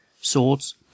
swords